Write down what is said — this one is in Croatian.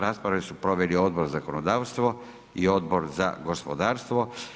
Raspravu su proveli Odbor za zakonodavstvo i Odbor za gospodarstvo.